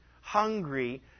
hungry